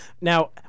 Now